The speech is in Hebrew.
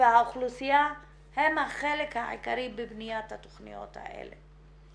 והאוכלוסייה הם החלק העיקרי בבניית התכניות האלה.